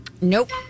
Nope